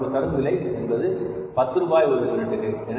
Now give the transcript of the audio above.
அவர் நமக்குத் தரும் விலை என்பது பத்து ரூபாய் ஒரு யூனிட்டுக்கு